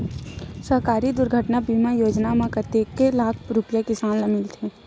सहकारी दुर्घटना बीमा योजना म कतेक लाख रुपिया किसान ल मिलथे?